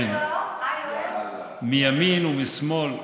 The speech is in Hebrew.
מימין ומשמאל.